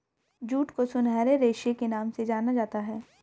jute को सुनहरे रेशे के नाम से जाना जाता है